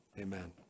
amen